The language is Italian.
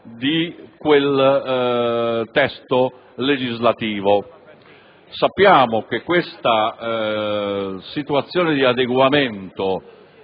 di quel testo legislativo. Sappiamo che questa situazione di adeguamento